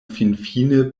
finfine